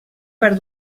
per